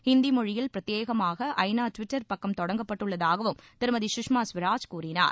ஹிந்தி மொழியில் பிரத்யேகமாக ஐநா டுவிட்டர் பக்கம் தொடங்கப்பட்டுள்ளதாகவும் திருமதி சுஷ்மா சுவராஜ் கூறினார்